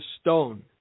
stone